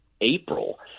April